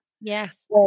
Yes